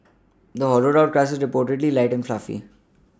the hollowed out crust is reportedly light and fluffy